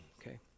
okay